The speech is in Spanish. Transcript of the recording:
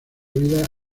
vida